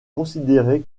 considéré